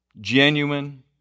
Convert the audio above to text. genuine